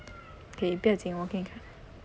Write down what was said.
k 不要紧我给你看